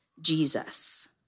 Jesus